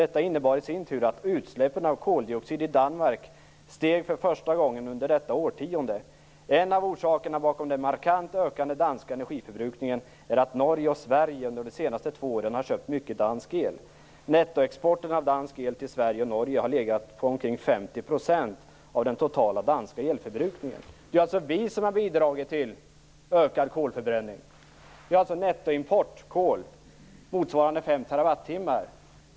Detta innebar i sin tur att utsläppen av koldioxid i Danmark steg för första gången under detta årtionde. En av orsakerna bakom den markant ökade danska energiförbrukningen är att Norge och Sverige de senaste två åren har köpt mycket dansk el. Nettoexporten av dansk el till Sverige och Norge har legat på omkring 50 % av den totala danska elförbrukningen. Det är alltså vi som har bidragit till ökad kolförbränning. Vi har en nettoimport av kol motsvarande fem terawattimmar.